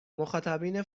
مخاطبین